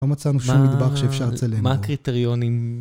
לא מצאנו שום מטבח שאפשר לצלם. מה הקריטריונים?